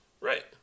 Right